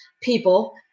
people